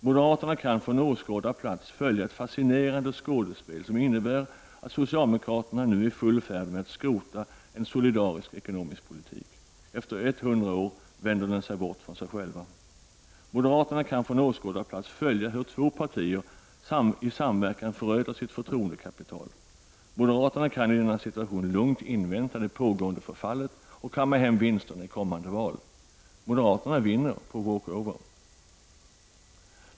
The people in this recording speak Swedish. Moderaterna kan från åskådarplats följa ett fascinerande skådespel, som innebär att socialdemokraterna nu är i full färd med att skrota en solidarisk ekonomisk politik. Efter 100 år vänder de sig bort från sig själva. Moderaterna kan från åskådarplats följa hur två partier i samverkan föröder sitt förtroendekapital. Moderaterna kan i denna situation lugnt invänta det pågående förfallet och kamma hem vinsterna i kommande val. Moderaterna vinner på walk over.